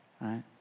right